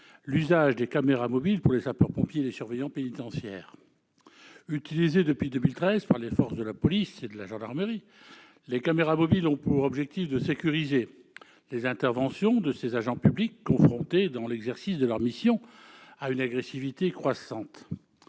l'usage des caméras mobiles par les sapeurs-pompiers et les surveillants pénitentiaires. Utilisées depuis 2013 par les forces de police et de gendarmerie, les caméras mobiles ont pour finalité de sécuriser les interventions de ces agents publics confrontés dans l'exercice de leurs missions à une agressivité croissante.